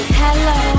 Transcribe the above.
hello